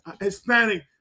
Hispanic